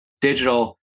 digital